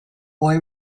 boy